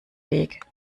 weg